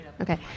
Okay